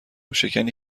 شکنی